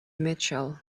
mitchell